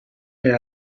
per